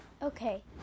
Okay